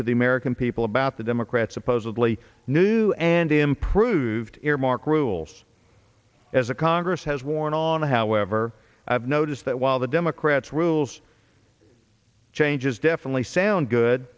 the american people about the democrats supposedly new and improved earmark rules as a congress has worn on however i have noticed that while the democrats rules changes definitely sound good